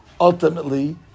ultimately